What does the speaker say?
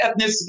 ethnicity